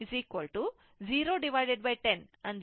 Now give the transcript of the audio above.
ಆದ್ದರಿಂದ i3 010 0 ampere ಆಗಿರುತ್ತದೆ